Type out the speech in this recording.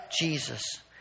Jesus